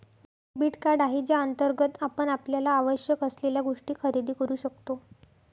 debit card आहे ज्याअंतर्गत आपण आपल्याला आवश्यक असलेल्या गोष्टी खरेदी करू शकतो